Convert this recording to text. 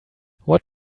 what